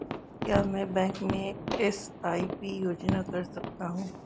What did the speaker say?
क्या मैं बैंक में एस.आई.पी योजना कर सकता हूँ?